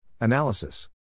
Analysis